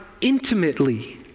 intimately